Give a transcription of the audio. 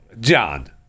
John